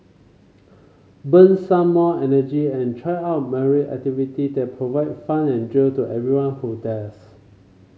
burn some more energy and try out myriad activity that provide fun and thrill to anyone who dares